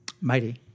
Mighty